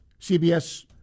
CBS